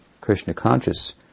Krishna-conscious